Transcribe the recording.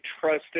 trusted